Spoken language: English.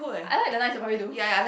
I like the Night-Safari though